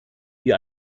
wie